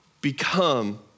become